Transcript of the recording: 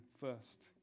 first